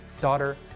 daughter